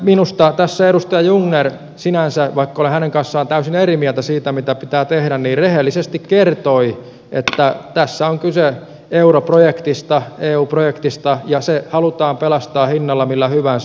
minusta tässä edustaja jungner sinänsä vaikka olen hänen kanssaan täysin eri mieltä siitä mitä pitää tehdä rehellisesti kertoi että tässä on kyse europrojektista eu projektista ja se halutaan pelastaa hinnalla millä hyvänsä